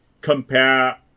compare